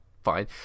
Fine